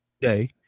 day